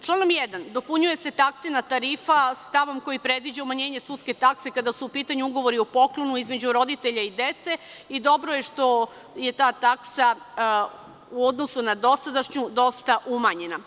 Članom 1. dopunjuje se taksena tarifa stavom koji predviđa umanjenje sudske takse kada su u pitanju ugovori o poklonu između roditelja i dece i dobro je što je ta taksa u odnosu na dosadašnju dosta umanjena.